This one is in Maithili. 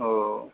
ओ